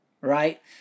right